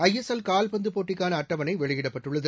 ஐ S L கால்பந்து போட்டிக்கான அட்டவணை வெளியிடப்பட்டுள்ளது